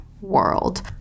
world